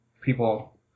people